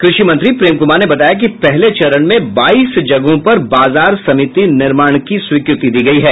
कृषि मंत्री प्रेम क्मार ने बताया कि पहले चरण में बाईस जगहों पर बाजार समिति निर्माण की स्वीकृति दी गयी है